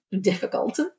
difficult